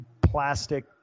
plastic